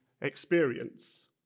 experience